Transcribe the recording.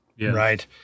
Right